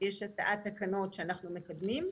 יש הצעת תקנות שאנחנו מקדמים.